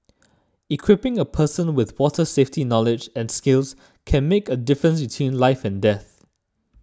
equipping a person with water safety knowledge and skills can make a difference between life and death